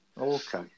Okay